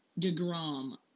DeGrom